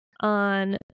on